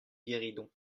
guéridon